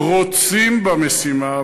רוצים במשימה,